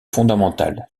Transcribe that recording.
fondamentales